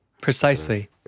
precisely